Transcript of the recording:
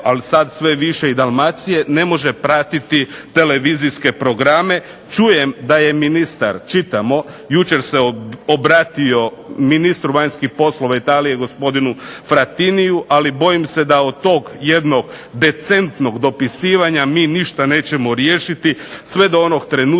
ali sad sve više i Dalmacije ne može pratiti televizijske programe. Čujem da je ministar, čitamo, jučer se obratio ministru vanjskih poslova Italije, gospodinu Frattiniju, ali bojim se da od tog jednog decentnog dopisivanja mi ništa nećemo riješiti, sve do onog trenutka